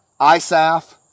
ISAF